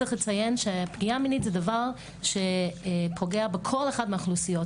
צריך לציין שפגיעה מינית זה דבר שפוגע בכל אחד מהאוכלוסיות,